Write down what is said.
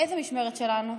איזה משמרת שלנו?